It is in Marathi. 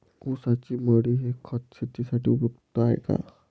ऊसाची मळी हे खत शेतीसाठी उपयुक्त आहे का?